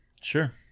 Sure